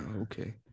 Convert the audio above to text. okay